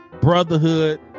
brotherhood